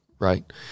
Right